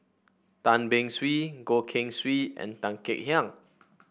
Tan Beng Swee Goh Keng Swee and Tan Kek Hiang